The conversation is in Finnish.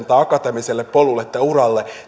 tai akateemiselle polulle tai uralle